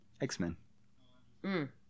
x-men